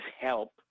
help